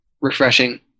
refreshing